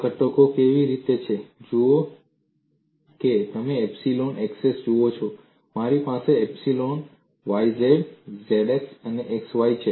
અને ઘટકો કેવી રીતે છે જુઓ કે તમે એપ્સીલોન xx જુઓ છો મારી પાસે એપ્સીલોન yz zx અને xy છે